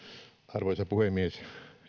arvoisa puhemies